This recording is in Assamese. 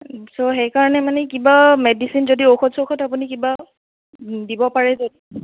চ' সেইকাৰণে মানে কিবা মেডিচিন যদি ঔষধ চৌষধ আপুনি কিবা দিব পাৰে যদি